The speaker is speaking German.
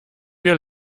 wir